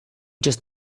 just